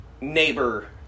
neighbor